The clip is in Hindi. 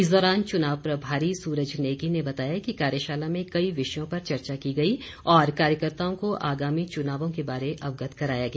इस दौरान चुनाव प्रभारी सूरज नेगी ने बताया कि कार्यशाला में कई विषयों पर चर्चा की गई और कार्यकर्ताओं को आगामी चुनावों के बारे अवगत कराया गया